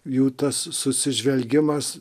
jų tas susižvelgimas